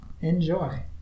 enjoy